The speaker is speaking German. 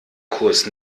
kurs